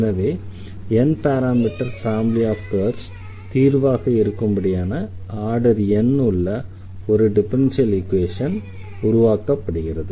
எனவே n parameter family of curves தீர்வாக இருக்கும்படியான ஆர்டர் n உள்ள ஒரு டிஃபரன்ஷியல் ஈக்வேஷன் உருவாக்கப்படுகிறது